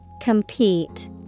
Compete